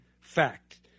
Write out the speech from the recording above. fact